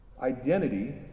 Identity